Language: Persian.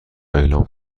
اعلام